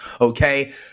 okay